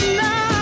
now